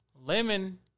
Lemon